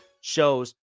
shows